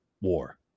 war